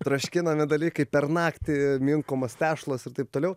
troškinami dalykai per naktį minkomos tešlos ir taip toliau